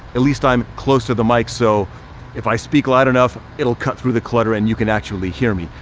at least i'm close to the mic. so if i speak loud enough, it'll cut through the clutter and you can actually hear me.